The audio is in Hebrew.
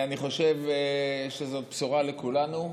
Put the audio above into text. אני חושב שזו בשורה לכולנו.